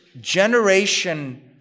generation